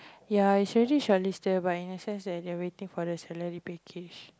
ya is already shortlisted but in a sense that they are waiting for the salary package